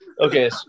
okay